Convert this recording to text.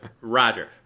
Roger